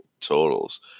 totals